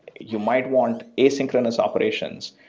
you might want asynchronous operations,